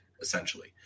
essentially